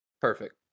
Perfect